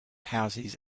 houses